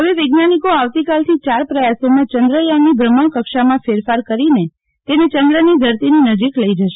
હવે વૈજ્ઞાનિક આવતીકાલથી ચાર પ્રયાસોમાં ચંદ્રયાનની ભ્રમણકક્ષામાં ફેરફાર કરીને તેને ચંદ્રની ધરતીની નજીક લઈ જશે